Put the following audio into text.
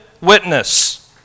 witness